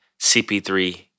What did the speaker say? CP3